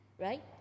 right